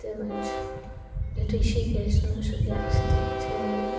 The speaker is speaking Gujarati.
તેમ જ રિષિકેશનો સૂર્યાસ્ત જે